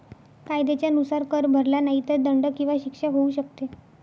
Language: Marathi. कायद्याच्या नुसार, कर भरला नाही तर दंड किंवा शिक्षा होऊ शकते